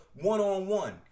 one-on-one